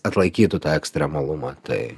atlaikytų tą ekstremalumą tai